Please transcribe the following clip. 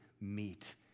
meet